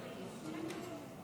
ההצבעה: